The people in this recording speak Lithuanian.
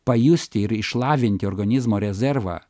pajusti ir išlavinti organizmo rezervą